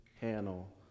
panel